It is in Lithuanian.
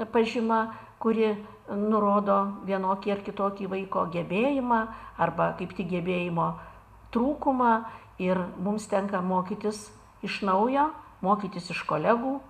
pažyma kuri nurodo vienokį ar kitokį vaiko gebėjimą arba kaip tik gebėjimo trūkumą ir mums tenka mokytis iš naujo mokytis iš kolegų